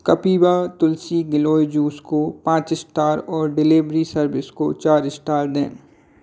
Kapiva tulsi giloy juice को पाँच star और डिलीवरी सर्विस को चार स्टार दें